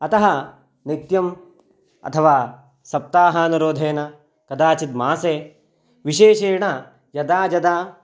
अतः नित्यम् अथवा सप्ताहानुरोधेन कदाचिद् मासे विशेषेणं यदा यदा